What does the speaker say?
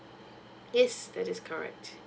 yes that is correct